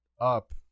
up